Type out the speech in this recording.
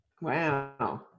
wow